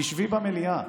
תשבי במליאה.